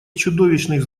чудовищных